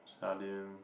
Salim